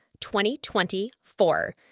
2024